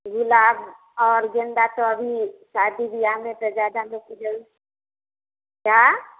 गुलाब और गेंदा तो अभी शादी ब्याह में तो ज़्यादा क्या